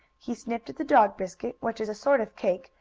he sniffed at the dog-biscuit, which is a sort of cake,